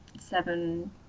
seven